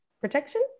protection